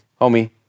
homie